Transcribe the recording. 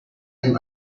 and